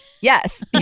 Yes